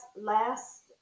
last